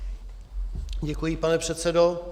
Děkuji, pane předsedo.